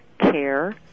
care